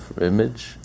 image